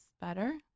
better